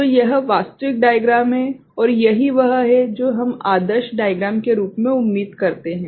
तो यह वास्तविक डाइग्राम है और यही वह है जो हम आदर्श डाइग्राम के रूप में उम्मीद करते हैं